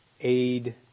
aid